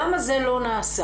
למה זה לא נעשה?